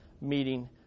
meeting